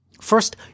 First